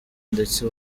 ndetse